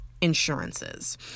insurances